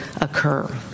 occur